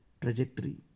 trajectory